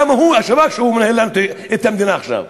מה שאת מוכנה לתת לאמריקנים,